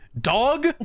Dog